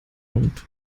und